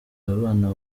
abana